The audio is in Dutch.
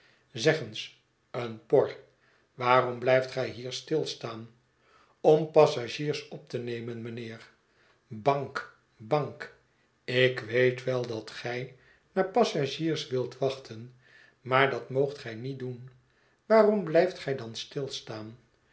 eens een por waarom blijft gij hier stilstaan om passagiers op te ne men mijnheer bank bank ikweetwel dat gij naar passagiers wilt wachten maar dat moogt gij niet doen waarom blijft gij dan stilstaan